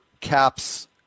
Caps